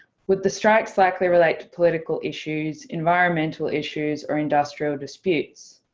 with the strikes likely relate to political issues, environmental issues or industrial disputes.